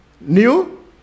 New